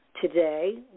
today